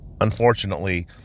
unfortunately